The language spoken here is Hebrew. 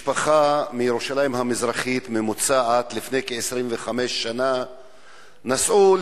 משפחה ממוצעת מירושלים המזרחית נסעה לפני 25 שנה לארצות-הברית.